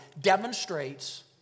demonstrates